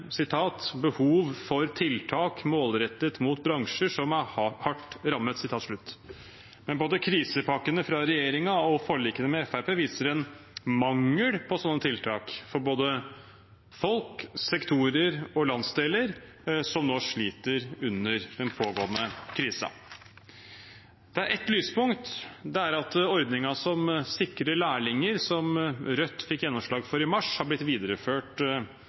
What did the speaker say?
for tiltak målrettet mot bransjer som er hardt rammet», men både krisepakkene fra regjeringen og forlikene med Fremskrittspartiet viser en mangel på slike tiltak, for både folk, sektorer og landsdeler som nå sliter under den pågående krisen. Det er ett lyspunkt. Det er at ordningen som sikrer lærlinger, som Rødt fikk gjennomslag for i mars, har blitt videreført